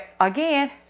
again